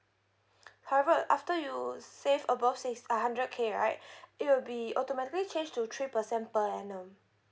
however after you save above six uh hundred K right it will be automatically change to three percent per annum